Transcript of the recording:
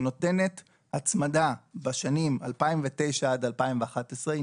שנותנת הצמדה בשנים 2009 עד 2011. היא